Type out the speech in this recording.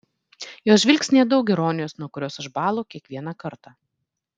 jos žvilgsnyje daug ironijos nuo kurios aš bąlu kiekvieną kartą